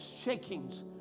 shakings